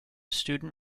student